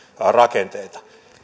rakenteita